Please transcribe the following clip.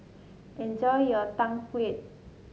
enjoy your Tang Yuen